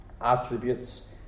attributes